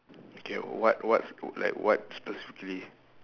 okay what what's like what specifically